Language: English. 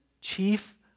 chief